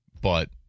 but-